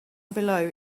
below